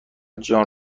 جان